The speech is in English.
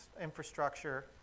infrastructure